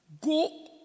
Go